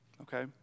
okay